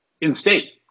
in-state